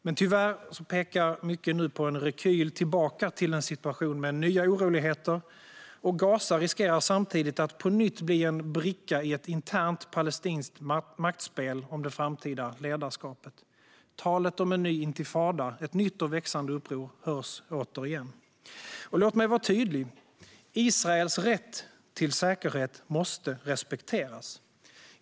Men tyvärr pekar mycket nu på en rekyl tillbaka till en situation med nya oroligheter, och Gaza riskerar samtidigt att på nytt bli en bricka i ett internt palestinskt maktspel om det framtida ledarskapet. Talet om en ny intifada, ett nytt och växande uppror, hörs återigen. Låt mig vara tydlig: Israels rätt till säkerhet måste respekteras!